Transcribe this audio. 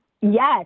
yes